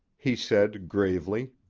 he said, gravely.